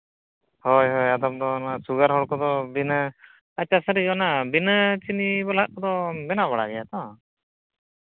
ᱦᱳᱭ ᱦᱳᱭ ᱟᱫᱷᱚᱢ ᱫᱚ ᱚᱱᱟ ᱥᱩᱜᱟᱨ ᱦᱚᱲ ᱠᱚᱫᱚ ᱵᱤᱱᱟᱹ ᱟᱪᱪᱷᱟ ᱥᱟᱹᱨᱤᱜᱮ ᱚᱱᱟ ᱵᱤᱱᱟᱹ ᱪᱤᱱᱤ ᱵᱟᱞᱟᱣᱟᱜ ᱠᱚᱫᱚ ᱵᱮᱱᱟᱣ ᱵᱟᱲᱟᱭ ᱜᱮᱭᱟ ᱛᱚ